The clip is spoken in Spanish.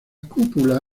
cúpula